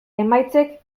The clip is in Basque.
emaitzek